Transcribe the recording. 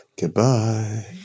Goodbye